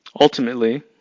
Ultimately